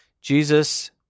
Jesus